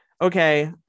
Okay